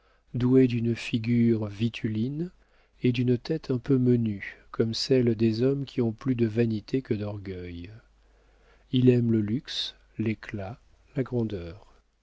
doué d'une figure vituline et d'une tête un peu menue comme celle des hommes qui ont plus de vanité que d'orgueil il aime le luxe l'éclat la grandeur